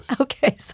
Okay